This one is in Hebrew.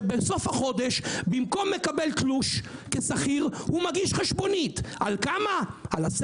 שבסוף החודש במקום לקבל תלוש כשכיר הוא מגיש חשבונית על 10,000,